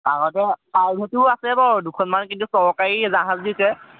আগতে প্ৰাইভেটো আছে বাৰু দুখনমান কিন্তু চৰকাৰী জাহাজ দিছে